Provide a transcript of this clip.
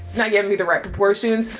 not giving me the right proportions,